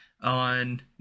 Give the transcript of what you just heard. on